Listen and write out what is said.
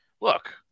look